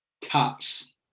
cats